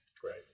great